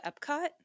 Epcot